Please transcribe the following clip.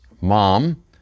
mom